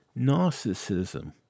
narcissism